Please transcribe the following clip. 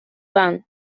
bank